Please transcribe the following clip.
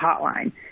hotline